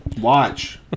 Watch